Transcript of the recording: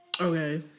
Okay